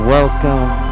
Welcome